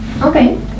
Okay